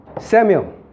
Samuel